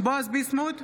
בועז ביסמוט,